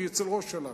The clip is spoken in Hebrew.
היא אצל ראש הממשלה,